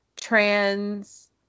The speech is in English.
trans